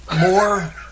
more –